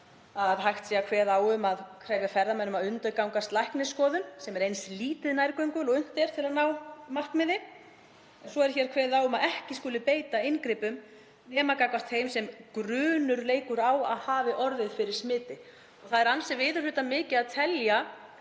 að hægt sé að kveða á um að krefja ferðamenn að undirgangast læknisskoðun sem er eins lítið nærgöngul og unnt er til að ná markmiði. Svo er hér kveðið á um að ekki skuli beita inngripum nema gagnvart þeim sem grunur leikur á að hafi orðið fyrir smiti. Það er ansi viðurhlutamikið að telja,